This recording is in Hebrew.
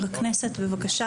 חבר הכנסת, בבקשה.